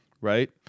Right